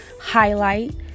highlight